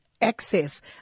access